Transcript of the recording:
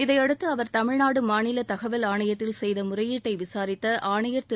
இதையடுத்து அவர் தமிழ்நாடு மாநில தகவல் ஆணையத்தில் செய்த முறையீட்டை விசாரித்த ஆணையர் திரு